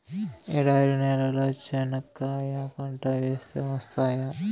ఎడారి నేలలో చెనక్కాయ పంట వేస్తే వస్తాయా?